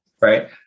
Right